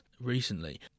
recently